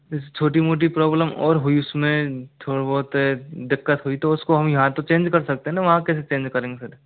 जैसे छोटी मोटी प्रॉब्लम और हुई उसमें थोड़ा बहुत दिक्कत हुई तो उसको हम यहाँ तो चेंज कर सकते हैं ना वहाँ कैसे चेंज करेंगे फिर